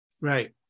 Right